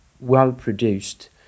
well-produced